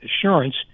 assurance